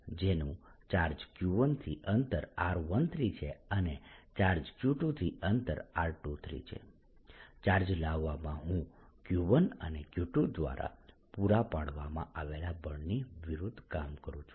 જેનું charge Q1 થી અંતર r13 છે અને ચાર્જ Q2 થી અંતર r23 છે આ ચાર્જ લાવવામાં હું Q1 અને Q2 દ્વારા પૂરા પાડવામાં આવેલા બળની વિરુદ્ધ કામ કરું છું